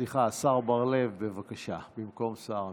השר בר לב, בבקשה, במקום שר המשפטים.